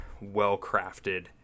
well-crafted